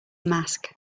mask